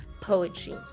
poetry